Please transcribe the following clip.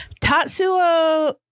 Tatsuo